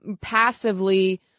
passively